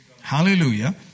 Hallelujah